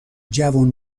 جوون